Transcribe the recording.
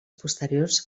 posteriors